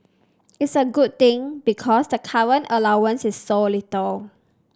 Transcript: it's a good thing because the current allowance is so little